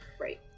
right